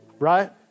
right